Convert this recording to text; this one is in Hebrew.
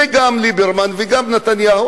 וגם ליברמן וגם נתניהו.